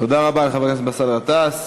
תודה רבה לחבר הכנסת באסל גטאס.